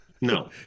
No